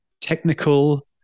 technical